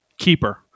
Keeper